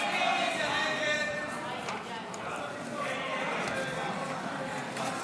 חובת מרחב מוגן כתנאי לרישיון),